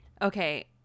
Okay